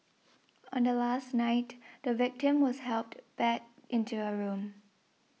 on the last night the victim was helped back into her room